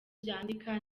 byandika